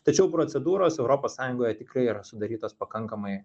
tačiau procedūros europos sąjungoje tikrai yra sudarytos pakankamai